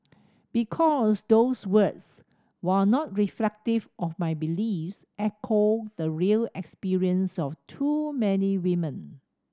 because those words while not reflective of my beliefs echo the real experience of too many women